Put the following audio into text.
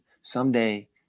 Someday